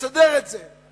נסדר את זה.